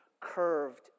curved